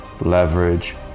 leverage